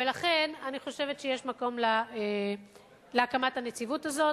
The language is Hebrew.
ולכן אני חושבת שיש מקום להקמת הנציבות הזאת.